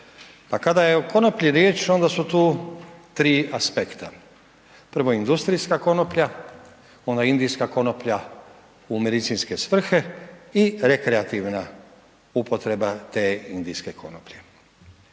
Kada je o konoplji riječ onda su tu 3 aspekta, prvo industrijska konoplja, ona indijska konoplja u medicinske svrhe i rekreativna upotreba te indijske konoplje.